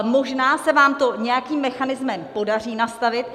Možná se vám to nějakým mechanismem podaří nastavit.